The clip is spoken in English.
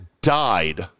died